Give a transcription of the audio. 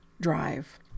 drive